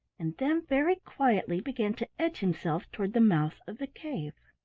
and then very quietly began to edge himself toward the mouth of the cave.